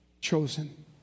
chosen